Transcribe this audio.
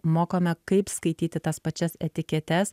mokome kaip skaityti tas pačias etiketes